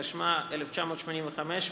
התשמ"ה 1985,